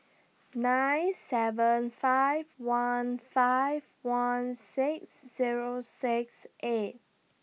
nine seven five one five one six Zero six eight